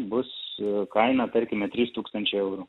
bus kaina tarkime trys tūkstančiai eurų